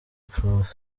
prof